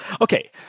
okay